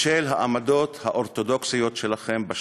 בשל העמדות האורתודוקסיות שלכם בשטחים,